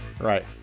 right